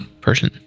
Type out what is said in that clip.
Person